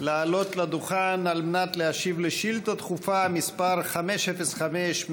לעלות לדוכן על מנת להשיב לשאילתה דחופה מס' 505,